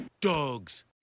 Dogs